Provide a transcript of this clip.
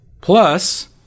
Plus